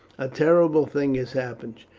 a terrible thing has happened.